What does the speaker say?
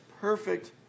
perfect